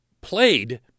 played